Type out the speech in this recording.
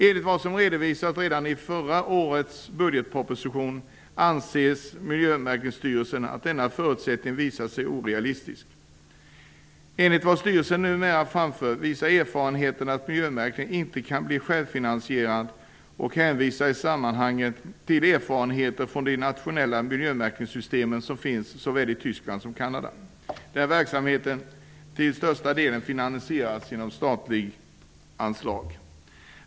Enligt vad som redovisades redan i förra årets budgetproposition anser Miljömärkningsstyrelsen att denna förutsättning visat sig orealistisk. Enligt vad styrelsen nu framfört visar erfarenheterna att miljömärkningen inte kan bli självfinansierad och hänvisar i sammanhanget till erfarenheter från de nationella miljömärkningssystemen såväl i Tyskland som i Canada, där verksamheten till största delen finansieras genom statsanslag.